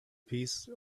piece